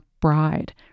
bride